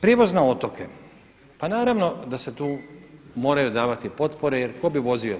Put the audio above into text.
Prijevoz na otoke, pa naravno da se tu moraju davati potpore jer tko bi vozio.